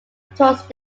tourist